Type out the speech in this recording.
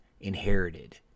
inherited